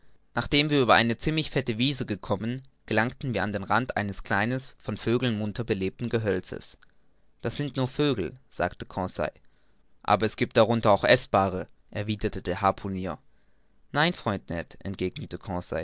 nachdem wir über eine ziemlich fette wiese gekommen gelangten wir an den rand eines kleinen von vögeln munter belebten gehölzes das sind nur erst vögel sagte conseil aber es giebt darunter auch eßbare erwiderte der harpunier nein freund ned entgegnete